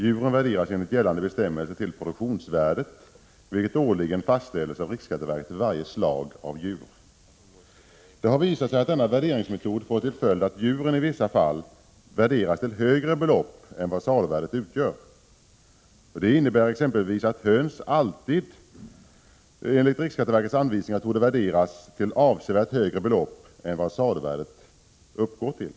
Djuren värderas enligt gällande bestämmelser till produktionsvärdet, vilket årligen fastställs av riksskatteverket för varje slag av djur. Det har visat sig att denna värderingsmetod får till följd att djuren i vissa fall värderas till högre belopp än vad saluvärdet utgör. Det innebär exempelvis att höns alltid enligt riksskatteverkets anvisningar torde värderas till avsevärt — Prot. 1986/87:130 högre belopp än vad saluvärdet uppgår till.